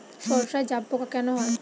সর্ষায় জাবপোকা কেন হয়?